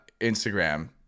Instagram